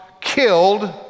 killed